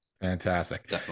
Fantastic